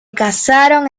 casaron